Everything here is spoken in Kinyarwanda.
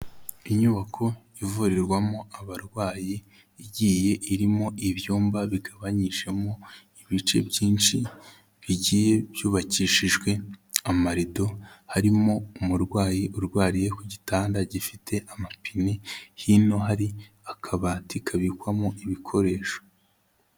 Inyubako ivurirwamo abarwayi igiye irimo ibyumba bigabanyijemo ibice byinshi bigiye byubakishijwe amarido, harimo umurwayi urwariye ku gitanda gifite amapine, hino hari akabati kabikwamo ibikoresho.